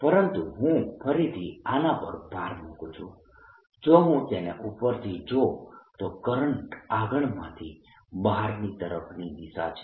પરંતુ હું ફરીથી આના પર ભાર મૂકું છું જો હું તેને ઉપરથી જોઉં તો કરંટ કાગળમાંથી બહારની તરફની દિશામાં છે